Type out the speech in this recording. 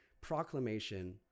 proclamation